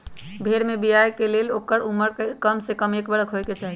भेड़ कें बियाय के लेल ओकर उमर कमसे कम एक बरख होयके चाही